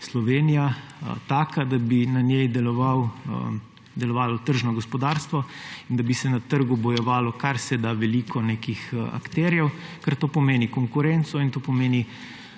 Slovenija taka, da bi na njej delovalo tržno gospodarstvo in da bi se na trgu bojevalo karseda veliko nekih akterjev, ker to pomeni konkurenco in to pomeni